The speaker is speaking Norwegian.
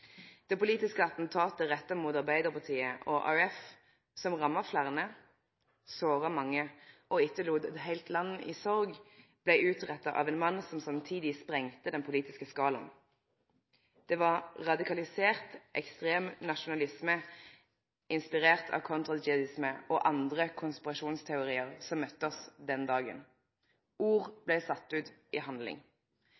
Det politiske attentatet retta mot Arbeidarpartiet og AUF – som ramma fleire, såra mange og lét etter seg eit heilt land i sorg – blei utretta av ein mann som samtidig sprengde den politiske skalaen. Det var radikalisert, ekstrem nasjonalisme inspirert av kontrajihadisme og andre konspirasjonsteoriar som møtte oss den dagen. Ord